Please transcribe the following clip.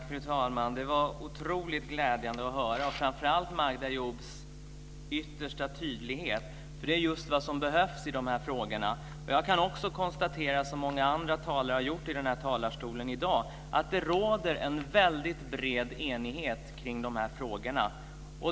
Fru talman! Det var otroligt glädjande att höra, framför allt Magda Ayoubs yttersta tydlighet. Det är just vad som behövs i de här frågorna. Jag kan också konstatera, som många andra talare har gjort här i talarstolen i dag, att det råder en väldigt bred enighet kring de här frågorna.